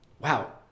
Wow